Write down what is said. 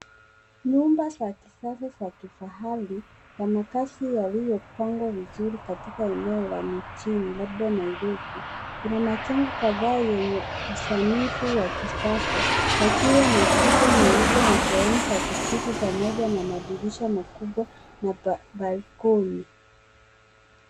Nyumba za kisasa za kifahari na makaazi yaliyopangwa vizuri katika eneo la mjini labda Nairobi. Kuna majengo kadhaa yenye usanifu wa kisasa yakiwa na kuta nyeupe na sehemu za kijivu pamoja na madirisha makubwa na balkoni.